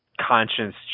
conscience